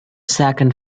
second